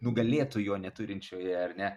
nugalėtoje neturinčioje ar ne